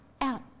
out